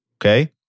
okay